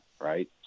right